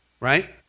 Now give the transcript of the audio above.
right